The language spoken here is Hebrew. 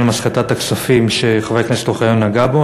מסחטת הכספים שחבר הכנסת אוחיון נגע בו.